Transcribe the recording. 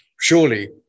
Surely